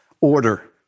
order